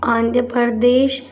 Andhra Pradesh